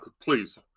please